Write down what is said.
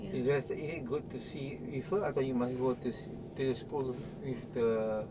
it's just is it good to sit with her I thought you must go to to the school with the